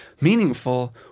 meaningful